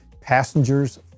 passengers